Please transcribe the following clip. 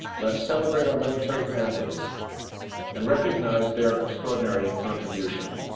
let's celebrate our military families and recognize their extraordinary contribution.